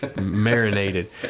marinated